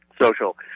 social